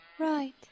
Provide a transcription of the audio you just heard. right